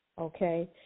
okay